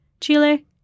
Chile